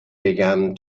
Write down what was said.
began